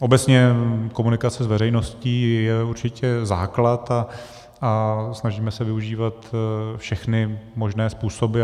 Obecně komunikace s veřejností je určitě základ a snažíme se využívat všechny možné způsoby.